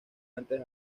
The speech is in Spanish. antes